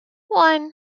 one